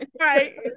Right